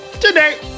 today